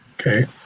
Okay